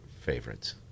favorites